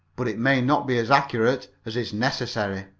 but it may not be as accurate as is necessary.